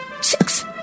six